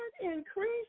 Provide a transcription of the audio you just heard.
increase